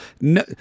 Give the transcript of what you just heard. No